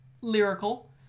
lyrical